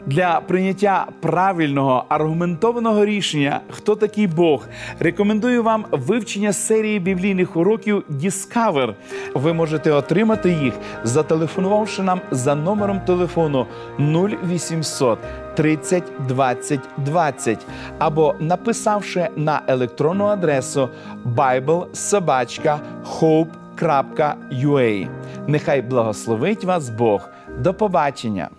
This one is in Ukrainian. Для прийняття правильного аргументованого рішення «Хто такий Бог?» рекомендую вам вивчення серії біблійних уроків «Діскавер». Ви можете отримати їх, зателефонувавши нам за номером телефону 0800 30 20 20, або написавши на електронну адресу bible@hope.ua. Нехай благословить вас Бог. До побачення.